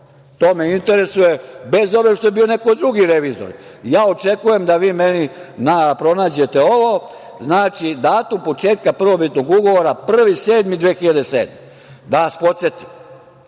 To me interesuje, bez obzira što je bio neko drugih revizor. Očekujem da vi meni pronađete ovo. Znači, datum početka prvobitnog ugovora 1. jul 2007. godine.